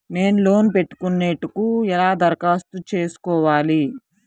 నేను లోన్ పెట్టుకొనుటకు ఎలా దరఖాస్తు చేసుకోవాలి?